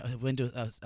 window